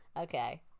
Okay